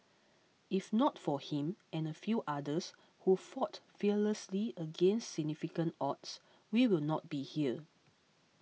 if not for him and a few others who fought fearlessly against significant odds we will not be here